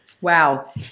Wow